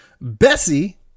Bessie